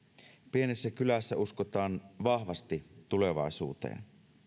pienessä kylässä uskotaan vahvasti tulevaisuuteen